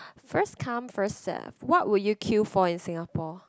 first come first serve what would you queue for in Singapore